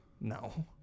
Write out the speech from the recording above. No